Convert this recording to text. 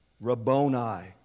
Rabboni